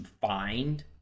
find